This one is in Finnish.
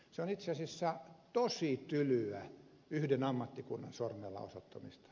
se on itse asiassa tosi tylyä yhden ammattikunnan sormella osoittamista